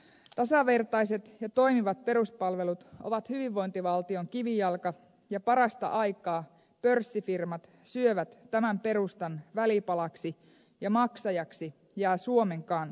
tasavertaiset ja toimivat peruspalvelut ovat hyvinvointivaltion kivijalka ja parasta aikaa pörssifirmat syövät tämän perustan välipalaksi ja maksajaksi jää suomen kansa